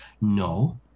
No